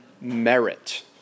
merit